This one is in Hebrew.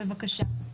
בבקשה.